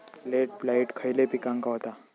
Late blight खयले पिकांका होता?